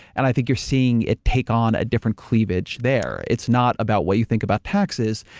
and i think you're seeing it take on a different cleavage there. it's not about what you think about taxes.